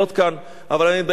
אבל אני מתבייש בחברי.